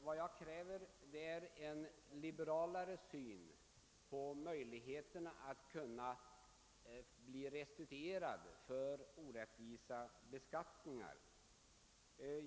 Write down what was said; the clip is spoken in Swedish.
Vad vi kräver är en mera liberal syn på möjligheterna att få restitution för orättvis beskattning.